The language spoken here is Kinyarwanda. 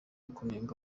kunenga